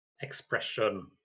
expression